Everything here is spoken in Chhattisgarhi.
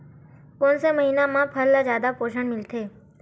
कोन से महीना म फसल ल जादा पोषण मिलथे?